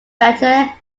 better